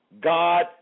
God